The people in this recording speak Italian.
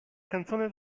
canzone